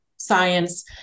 science